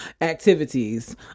activities